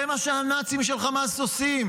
זה מה שהנאצים של חמאס עושים,